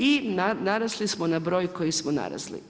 I narasli smo na broj koji smo narasli.